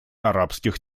арабских